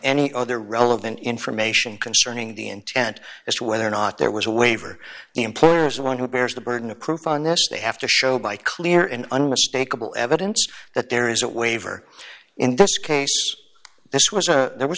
any other relevant information concerning the intent as to whether or not there was a waiver the employer is the one who bears the burden of proof on this they have to show by clear and unmistakable evidence that there is a waiver in this case this was there was